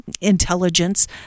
intelligence